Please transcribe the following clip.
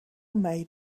made